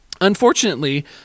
unfortunately